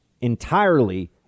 entirely